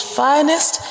finest